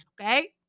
Okay